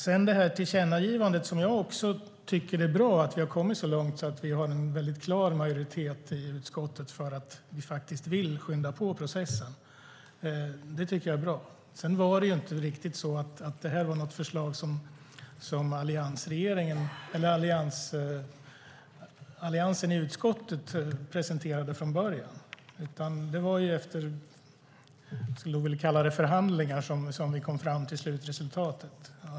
När det gäller tillkännagivandet tycker jag att det är bra att vi har kommit så långt att vi har en klar majoritet i utskottet för att vi faktiskt vill skynda processen. Det tycker jag är bra. Sedan var det inte riktigt så att detta var ett förslag som Alliansen i utskottet presenterade från början, utan det var efter förhandlingar vi kom fram till slutresultatet.